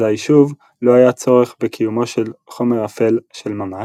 אזי שוב, לא היה צורך בקיומו של חומר אפל של ממש,